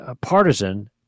partisan